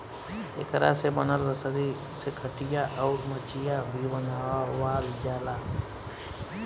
एकरा से बनल रसरी से खटिया, अउर मचिया भी बनावाल जाला